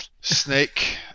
snake